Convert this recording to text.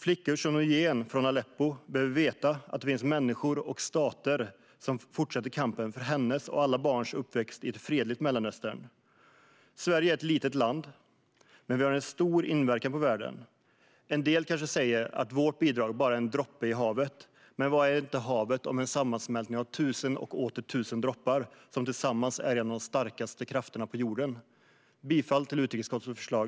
Flickor som Nujeen från Aleppo behöver veta att det finns människor och stater som fortsätter kampen för hennes och alla andra barns uppväxt i ett fredligt Mellanöstern. Sverige är ett litet land, men vi har en stor inverkan på världen. En del kanske säger att vårt bidrag bara är en droppe i havet. Men vad är havet om inte en sammansmältning av tusen och åter tusen droppar, som tillsammans är en av de starkaste krafterna på jorden? Jag yrkar bifall till utrikesutskottets förslag.